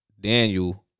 Daniel